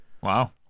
Wow